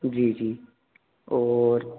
जी जी और